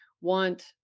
want